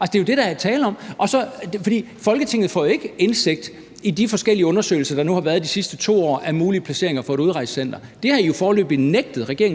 Altså, det er jo det, der er tale om. For Folketinget får jo ikke indsigt i de forskellige undersøgelser, der nu har været i de sidste 2 år, af mulige placeringer for et udrejsecenter. Det har regeringen jo